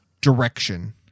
direction